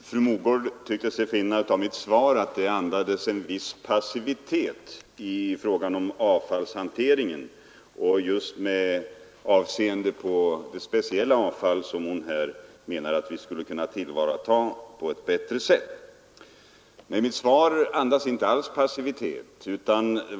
Herr talman! Fru Mogård tyckte sig finna att mitt svar andades en viss passivitet i fråga om hanteringen av just det speciella avfall som hon menade att vi skulle kunna tillvarata på ett bättre sätt. Men mitt svar andas inte alls passivitet.